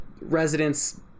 residents